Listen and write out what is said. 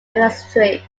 ancestry